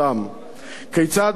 במקום לעסוק בהם,